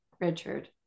Richard